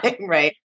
right